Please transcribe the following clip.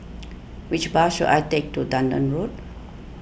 which bus should I take to Dunearn Road